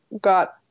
got